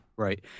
Right